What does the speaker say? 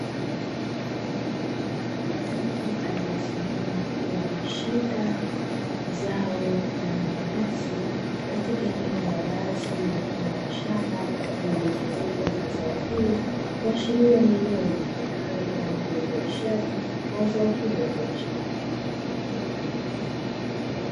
Mtu aliyesimama akiwa ameshika zao la mananasi katika eneo la wazi mfano wa shamba lililozungukwa na zao hilo, kuashiria ni eneo litumikalo kwa ajili ya uzalishaji wa zao hilo la biashara.